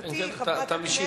חברת הכנסת רגב,